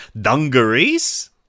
dungarees